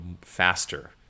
faster